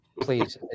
please